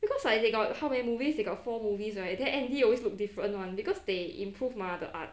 because like they got how many movies they got four movies right then andy always look different [one] because they improve mah the art